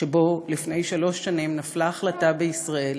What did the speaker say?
שבו לפני שלוש שנים נפלה החלטה בישראל